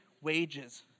wages